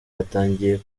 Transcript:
batangiye